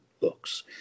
books